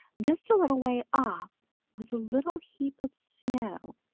just a little way off was a little heap of snow.